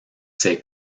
ses